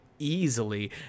easily